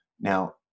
now